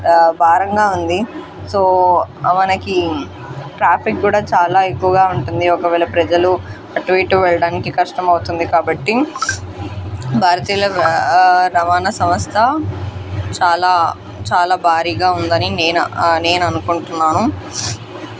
భారంగా ఉంది సో మనకి ట్రాఫిక్ కూడా చాలా ఎక్కువగా ఉంటుంది ఒకవేళ ప్రజలు అటు ఇటు వెళ్ళడానికి కష్టం అవుతుంది కాబట్టి భారతీయల రవాణా సంస్థ చాలా చాలా భారీగా ఉందని నేను నేను అనుకుంటున్నాను